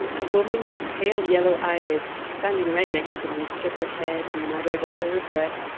a woman with pale yellow eyelids standing right next to me shook her head, and muttered under her breath,